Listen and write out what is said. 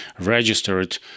registered